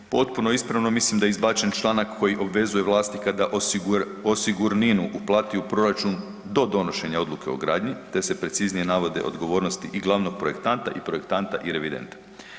Potpuno ispravno mislim da je izbačen članak koji obvezuje vlasti kada osigurninu uplatu u proračun do donošenja odluke o gradnji te se preciznije navode odgovornosti i glavnog projektanta i projektanta i revidenta.